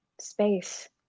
space